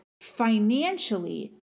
financially